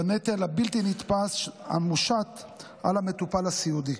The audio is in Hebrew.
בנטל הבלתי-נתפס על המושת על המטופל הסיעודי.